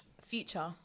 Future